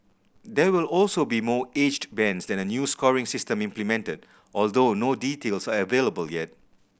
there will also be more aged bands and a new scoring system implemented although no details are available yet